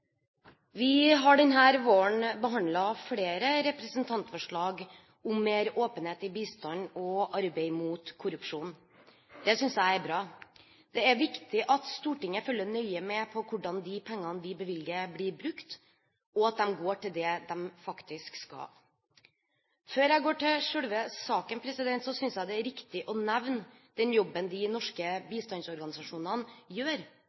Vi har denne våren behandlet flere representantforslag om mer åpenhet i bistanden og arbeid mot korrupsjon. Det synes jeg er bra. Det er viktig at Stortinget følger nøye med på hvordan de pengene vi bevilger, blir brukt, og at de går til det de faktisk skal. Før jeg går til selve saken, synes jeg det er riktig å nevne den jobben de norske bistandsorganisasjonene gjør.